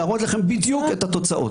להראות לכם בדיוק את התוצאות.